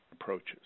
approaches